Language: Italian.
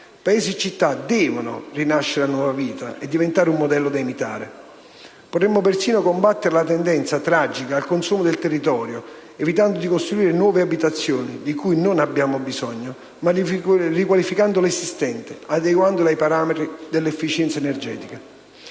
(sottolineo devono) rinascere a nuova vita e diventare un modello da imitare. Potremmo persino combattere la tendenza, tragica, al consumo del territorio, evitando di costruire nuove abitazioni, di cui non abbiamo bisogno, ma riqualificando l'esistente, adeguandolo ai parametri dell'efficienza energetica.